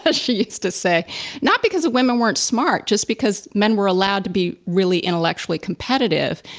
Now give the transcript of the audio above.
ah she used to say not because women weren't smart just because men were allowed to be really intellectually competitive,